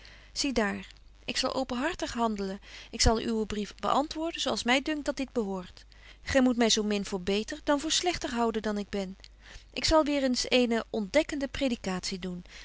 zie daar ik zal openhartig handelen ik zal uwen brief beantwoorden zo als my dunkt dat dit behoort gy moet my zo min betje wolff en aagje deken historie van mejuffrouw sara burgerhart voor beter dan voor slegter houden dan ik ben ik zal weêr eens eene ontdekkende predikatie doen